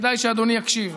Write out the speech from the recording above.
כדאי שאדוני יקשיב,